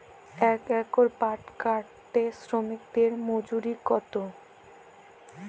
এক একর পাট কাটতে শ্রমিকের মজুরি কত?